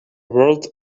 world